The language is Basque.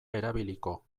erabiliko